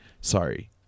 Sorry